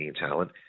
talent